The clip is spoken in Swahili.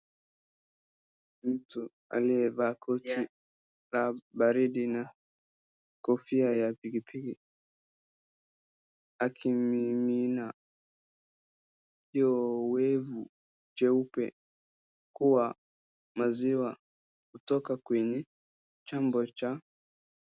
Mtu aliyevaa koti la baridi na kofia ya pikipiki, akimimina yoevu jeupe kuwa maziwa kutoka kwenye chombo cha.